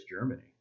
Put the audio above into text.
Germany